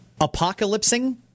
apocalypsing